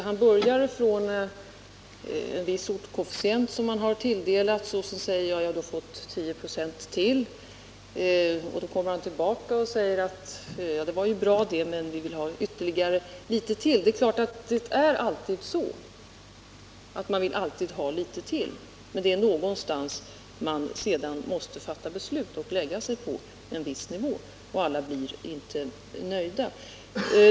Han börjar från en viss ortskoefficient, som han tilldelats. Då jag säger att han fått 10 96 till kommer han tillbaka och tycker att det var bra men vill ha ytterligare lite till. Man vill alltid ha lite till. Men man måste besluta att stanna på en viss nivå. Alla blir inte nöjda.